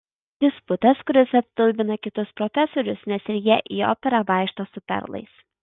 disputas kuris apstulbina kitus profesorius nes ir jie į operą vaikšto su perlais